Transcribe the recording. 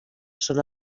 són